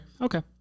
Okay